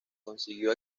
consiguió